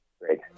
Great